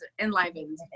enlivened